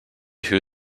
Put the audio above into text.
who